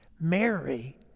Mary